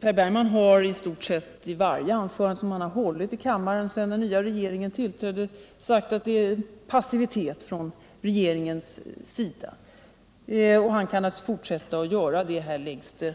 Per Bergman har i stort sett i varje anförande som han hållit i kammaren sédan den nya regeringen tillträdde sagt att det visas passivitet från regeringens sida, och han kan naturligtvis fortsätta med det. Här läggs det fram